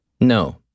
No